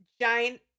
giant